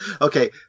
Okay